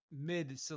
mid